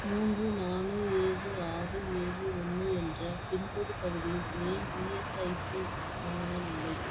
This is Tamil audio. மூன்று நாலு ஏழு ஆறு ஏழு ஒன்று என்ற பின்கோடு பகுதியில் ஏன் இஎஸ்ஐசி மையங்கள் இல்லை